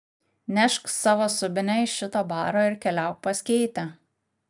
nešk savo subinę iš šito baro ir keliauk pas keitę